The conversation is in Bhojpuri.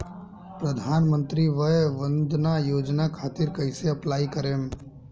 प्रधानमंत्री वय वन्द ना योजना खातिर कइसे अप्लाई करेम?